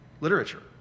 literature